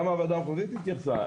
גם הוועדה המחוזית התייחסה לזה,